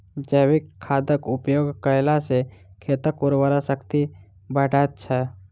जैविक खादक उपयोग कयला सॅ खेतक उर्वरा शक्ति बढ़ैत छै